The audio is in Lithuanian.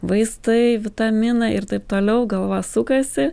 vaistai vitaminai ir taip toliau galva sukasi